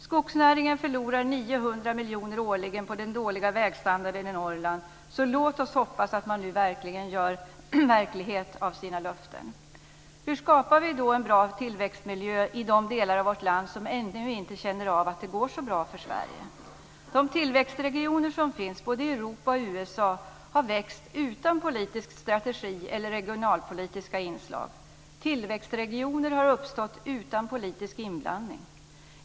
Skogsnäringen förlorar 900 miljoner årligen på den dåliga vägstandarden i Norrland, så låt oss hoppas att man nu gör verklighet av sina löften. Hur skapar vi då en bra tillväxtmiljö i de delar av vårt land som ännu inte känner av att det går så bra för Sverige? De tillväxtregioner som finns både i Europa och i USA har växt utan politisk strategi eller regionalpolitiska inslag. Tillväxtregioner har uppstått utan politisk inblandning.